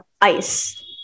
ICE